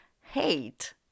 hate